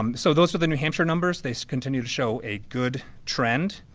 um so those are the new hampshire numbers. they continued to show a good trend,